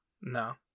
No